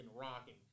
rocking